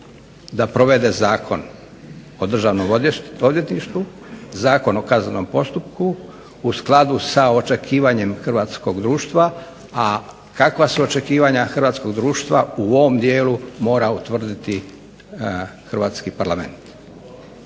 da provede Zakon o Državnom odvjetništvu, Zakon o kaznenom postupku u skladu sa očekivanjem hrvatskog društva, a kakva su očekivanja hrvatskog društva u ovom dijelu mora utvrditi Hrvatski parlament.